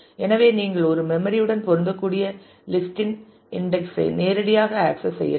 எனவே நீங்கள் ஒரு மெம்மரி உடன் பொருந்தக்கூடிய லிஸ்ட் இன் இன்டெக்ஸ் ஐ நேரடியாக ஆக்சஸ் செய்யலாம்